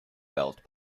belt